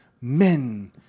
Men